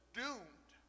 doomed